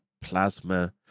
plasma